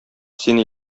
сине